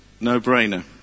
No-brainer